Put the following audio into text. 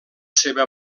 seva